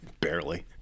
barely